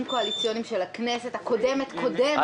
קואליציוניים של הכנסת הקודמת קודמת.